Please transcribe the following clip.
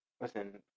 Listen